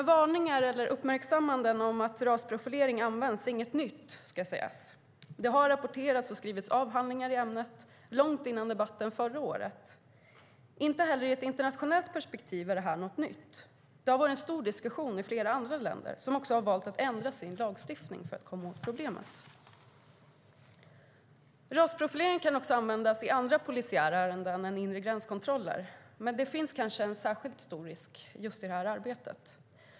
Varningar eller uppmärksammanden om att rasprofilering används är inget nytt, ska sägas. Det har rapporterats och skrivits avhandlingar i ämnet långt före debatten förra året. Inte heller i ett internationellt perspektiv är det här något nytt. Det har varit en stor diskussion i flera andra länder, som har valt att ändra sin lagstiftning för att komma åt problemet. Rasprofilering kan användas i andra polisiära ärenden än inre gränskontroller, men det finns kanske en särskilt stor risk i just det arbetet.